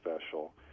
special